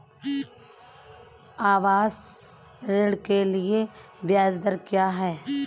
आवास ऋण के लिए ब्याज दर क्या हैं?